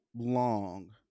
long